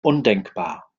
undenkbar